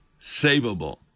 savable